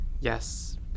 Yes